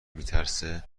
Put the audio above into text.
میترسه